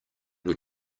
your